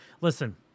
Listen